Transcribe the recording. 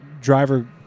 driver